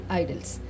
idols